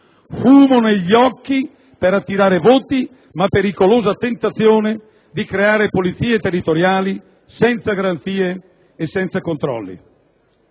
fumo negli occhi per attirare voti, ma pericolosa tentazione di creare polizie territoriali, senza garanzie e senza controlli.